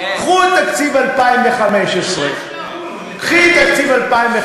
קחו את תקציב 2015, קחי את תקציב 2015,